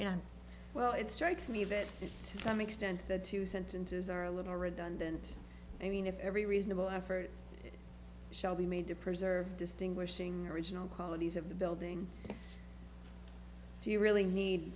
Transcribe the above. know well it strikes me that to some extent the two sentences are a little redundant i mean if every reasonable effort shall be made to preserve distinguishing original qualities of the building do you really need